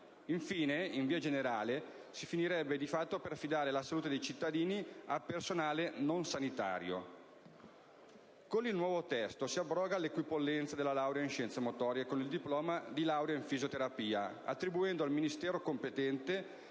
Infine, in via generale, si finirebbe di fatto per affidare la salute dei cittadini a personale non sanitario. Con il nuovo testo, si abroga l'equipollenza della laurea in scienze motorie con il diploma di laurea in fisioterapia, attribuendo al Ministro competente